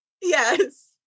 Yes